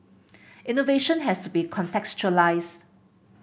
innovation has to be contextualised